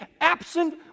absent